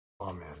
Amen